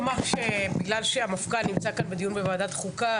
בגלל שהמפכ"ל נמצא כאן בדיון בוועדת החוקה,